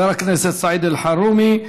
חבר הכנסת סעיד אלחרומי,